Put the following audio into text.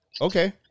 Okay